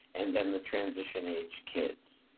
and then the transition-age kids.